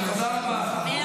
תודה רבה.